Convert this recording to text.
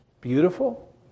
beautiful